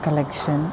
collection